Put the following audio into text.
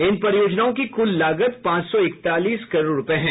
इन परियोजनाओं की कुल लागत पांच सौ इकतालीस करोड़ रुपये है